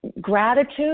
gratitude